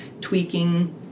tweaking